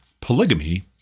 Polygamy